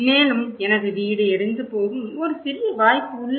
மேலும் எனது வீடு எரிந்து போகும் ஒரு சிறிய வாய்ப்பு உள்ளது